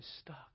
stuck